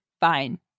Fine